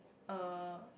uh